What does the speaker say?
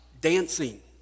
dancing